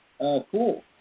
Cool